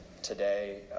today